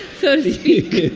so to speak